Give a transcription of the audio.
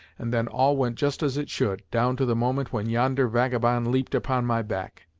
and then all went just as it should, down to the moment when yonder vagabond leaped upon my back.